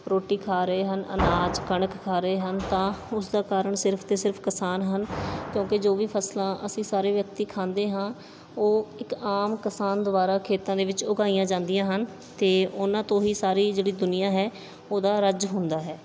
ਰੋਟੀ ਖਾ ਰਹੇ ਹਨ ਅਨਾਜ ਕਣਕ ਖਾ ਰਹੇ ਹਨ ਤਾਂ ਉਸਦਾ ਕਾਰਣ ਸਿਰਫ਼ ਅਤੇ ਸਿਰਫ਼ ਕਿਸਾਨ ਹਨ ਕਿਉਂਕਿ ਜੋ ਵੀ ਫਸਲਾਂ ਅਸੀਂ ਸਾਰੇ ਵਿਅਕਤੀ ਖਾਂਦੇ ਹਾਂ ਉਹ ਇੱਕ ਆਮ ਕਿਸਾਨ ਦੁਆਰਾ ਖੇਤਾਂ ਦੇ ਵਿੱਚ ਉਗਾਈਆਂ ਜਾਂਦੀਆਂ ਹਨ ਅਤੇ ਉਹਨਾਂ ਤੋਂ ਹੀ ਸਾਰੀ ਜਿਹੜੀ ਦੁਨੀਆਂ ਹੈ ਉਹਦਾ ਰੱਜ ਹੁੰਦਾ ਹੈ